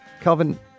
Calvin